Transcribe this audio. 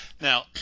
Now